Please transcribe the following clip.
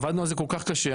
עבדנו על זה כל כך קשה,